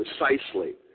precisely